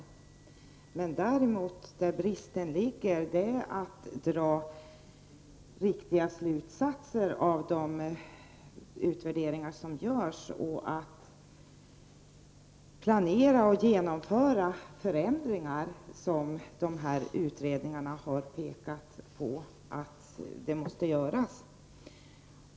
Det finns däremot en brist när det gäller att dra riktiga slutsatser av de utvärderingar som görs, att planera och genomföra förändringar som utredningarna har pekat på måste göras.